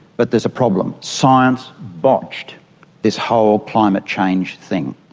but there's a problem. science botched this whole climate change thing.